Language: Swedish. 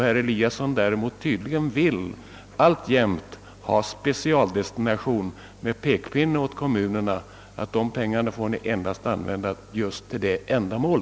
Herr Eliasson vill tydligen däremot alltjämt ge pengar med speciell destination, alltså med en pekpinne åt kommunerna att pengarna endast får användas för visst ändamål.